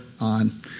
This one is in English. on